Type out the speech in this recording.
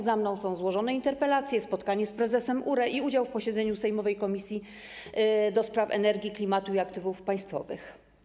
Za mną są złożone interpelacje, spotkanie z prezesem URE i udział w posiedzeniu sejmowej Komisji do Spraw Energii, Klimatu i Aktywów Państwowych.